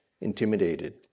intimidated